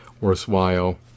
worthwhile